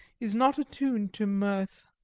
is not attuned to mirth.